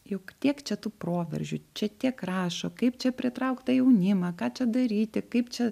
juk tiek čia tų proveržių čia tiek rašo kaip čia pritraukt tą jaunimą ką čia daryti kaip čia